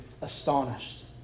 astonished